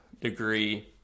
degree